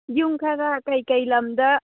ꯌꯨꯝ ꯈꯔ ꯀꯔꯤ ꯀꯔꯤ ꯂꯝꯗ